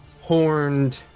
horned